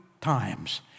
times